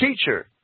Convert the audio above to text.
Teacher